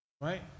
right